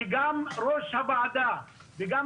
שגם ראש הוועדה וגם